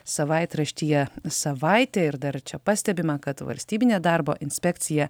savaitraštyje savaitė ir dar čia pastebima kad valstybinė darbo inspekcija